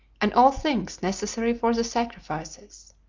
and all things necessary for the sacrifices.